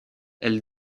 elle